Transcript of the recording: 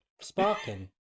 sparking